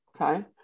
okay